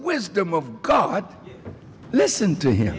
wisdom of god listen to him